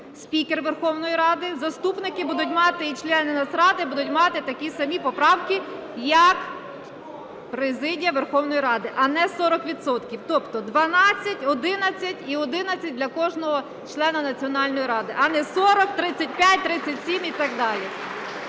спікер Верховної Ради, заступники будуть мати, і члени Нацради будуть мати такі самі надбавки, як президія Верховної Ради, а не 40 відсотків. Тобто 12, 11 і 11 – для кожного члена Національної ради. А не 40, 35, 37 і так далі.